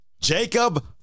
Jacob